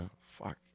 Fuck